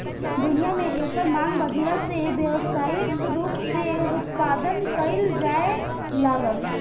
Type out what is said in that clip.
दुनिया में एकर मांग बाढ़ला से व्यावसायिक रूप से उत्पदान कईल जाए लागल